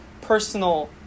personal